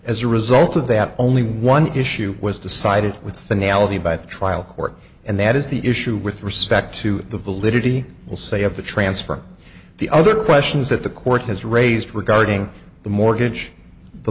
as a result of they have only one issue was decided with analogy by the trial work and that is the issue with respect to the validity will say of the transfer the other questions that the court has raised regarding the mortgage the